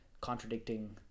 contradicting